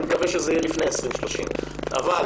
אני מקווה שזה יהיה לפני 2030. אבל